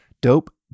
Dope